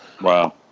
wow